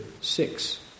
six